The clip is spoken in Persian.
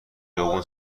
خیابون